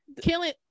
killing